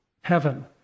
heaven